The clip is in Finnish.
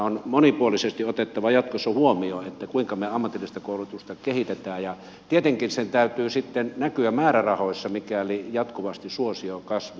on monipuolisesti otettava jatkossa huomioon kuinka me ammatillista koulutusta kehitämme ja tietenkin sen täytyy sitten näkyä määrärahoissa mikäli jatkuvasti suosio kasvaa